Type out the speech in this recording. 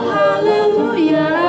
hallelujah